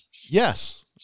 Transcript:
yes